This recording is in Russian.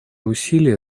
усилия